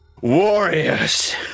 warriors